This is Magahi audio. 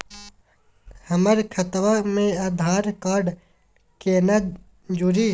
हमर खतवा मे आधार कार्ड केना जुड़ी?